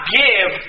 give